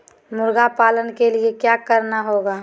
मुर्गी पालन के लिए क्या करना होगा?